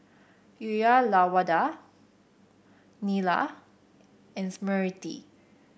Uyyalawada Neila and Smriti